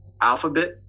alphabet